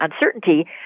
uncertainty